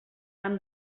amb